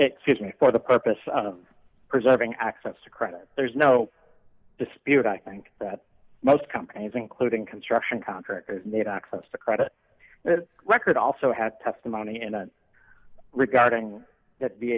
fits me for the purpose of preserving access to credit there's no dispute i think that most companies including construction contractors need access to credit record also had testimony regarding th